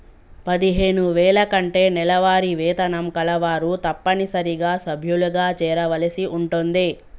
పదిహేను వేల కంటే నెలవారీ వేతనం కలవారు తప్పనిసరిగా సభ్యులుగా చేరవలసి ఉంటుంది